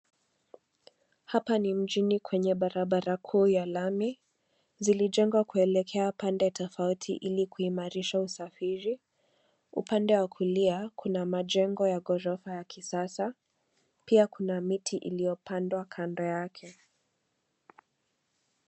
Hapa ni mjini kwenye barabara kuu ya lami, zilijengwa kuelekea pande tofauti ili kuimarisha usafiri. Upande wa kulia kuna majengo ya ghorofa ya kisasa pia kuna miti iliyopandwa kando yake.